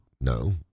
no